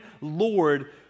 Lord